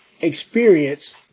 experience